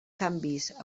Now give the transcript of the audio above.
canvis